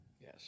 Yes